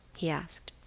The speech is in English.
he asked.